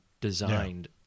designed